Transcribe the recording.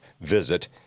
visit